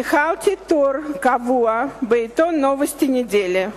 ניהלתי טור קבוע בעיתון "נובוסטי נדלי",